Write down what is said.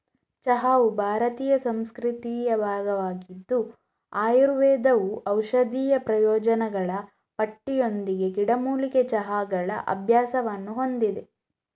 ಚಹಾವು ಭಾರತೀಯ ಸಂಸ್ಕೃತಿಯ ಭಾಗವಾಗಿದ್ದು ಆಯುರ್ವೇದವು ಔಷಧೀಯ ಪ್ರಯೋಜನಗಳ ಪಟ್ಟಿಯೊಂದಿಗೆ ಗಿಡಮೂಲಿಕೆ ಚಹಾಗಳ ಅಭ್ಯಾಸವನ್ನು ಹೊಂದಿದೆ